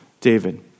David